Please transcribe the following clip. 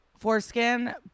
Foreskin